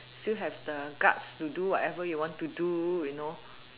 still have the guts to do whatever you want to do you know